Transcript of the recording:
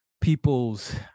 people's